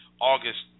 August